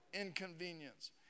inconvenience